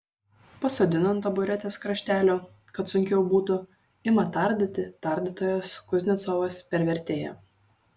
pasodina ant taburetės kraštelio kad sunkiau būtų ima tardyti tardytojas kuznecovas per vertėją